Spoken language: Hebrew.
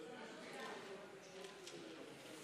ומבצעים את אותה עבודה,